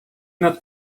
nad